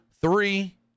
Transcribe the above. three